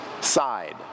side